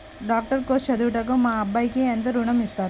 Doctor course చదువుటకు మా అబ్బాయికి ఎంత ఋణం ఇస్తారు?